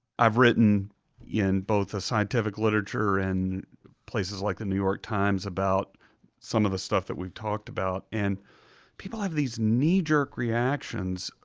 i've written in both the scientific literature and places like the new york times about some of the stuff that we've talked about, and people have these knee-jerk reactions.